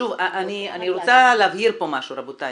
שוב, אני רוצה להבהיר פה משהו, רבותיי.